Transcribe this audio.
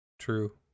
True